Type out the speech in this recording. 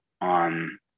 on